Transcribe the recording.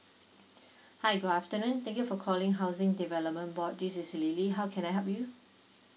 hi good afternoon thank you for calling housing development board this is lily how can I help you